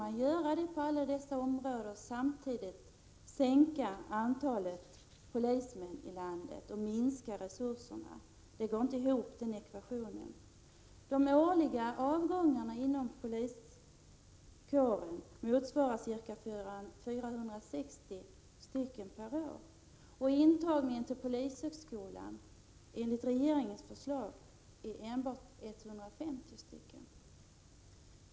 Ja, prioriteringar behövs, men det går inte att göra dem samtidigt som antalet polismän i landet sänks och resurserna minskar. Den ekvationen går inte ihop. Det årliga antalet avgångar inom poliskåren uppgår till ca 460; medan intagningen till polishögskolan enligt regeringens förslag kommer att uppgå till enbart 150.